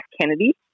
Kennedy